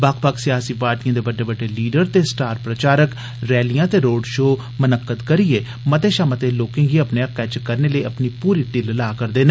बक्ख बक्ख सियासी पार्टियें दे बड्डे बड्डे लीडर ते स्टार प्रचारक रैलियां ते रोड शो मनक्कद करियै मते शा मते मतदाताएं गी अपने हक्कै च करने लेई अपनी पूरी टिल्ल ला करदे न